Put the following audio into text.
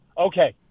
Okay